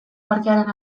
parkearen